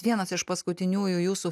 vienas iš paskutiniųjų jūsų